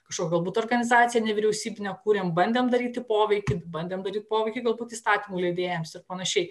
kažkokią galbūt organizaciją nevyriausybinę kūrėm bandėm daryti poveikį bandėm daryt poveikį galbūt įstatymų leidėjams ir panašiai